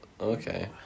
Okay